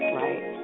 right